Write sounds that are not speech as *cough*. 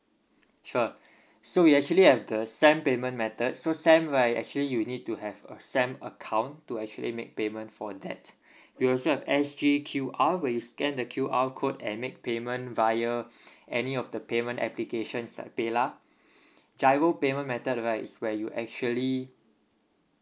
sure so we actually have the SAM payment method so SAM right actually you need to have a SAM account to actually make payment for that we also have S_G_Q_R where you scan the Q_R code and make payment via *breath* any of the payment applications like paylah giro payment method right is where you actually